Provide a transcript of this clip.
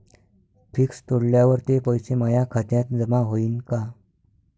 Fix तोडल्यावर ते पैसे माया खात्यात जमा होईनं का?